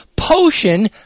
Potion